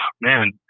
man